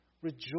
rejoice